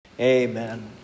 Amen